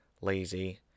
lazy